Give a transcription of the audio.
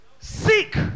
Seek